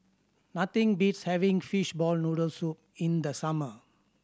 nothing beats having fishball noodle soup in the summer